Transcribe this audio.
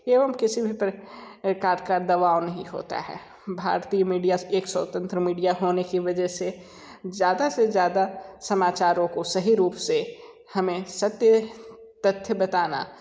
एवं किसी भी प्र कार का दबाव नहीं होता है भारतीय मीडिया एक स्वतंत्र मीडिया होने की वजह से ज़्यादा से ज़्यादा समाचारों को सही रूप से हमें सत्य तथ्य बताना